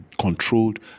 controlled